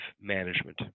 management